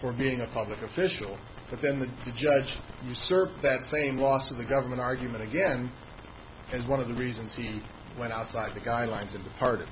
for being a public official but then the judge usurped that same loss of the government argument again as one of the reasons he went outside the guidelines in the part of